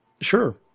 Sure